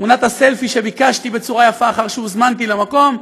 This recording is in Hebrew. תמונת הסלפי שביקשתי בצורה יפה לאחר שהוזמנתי למקום,